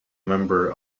member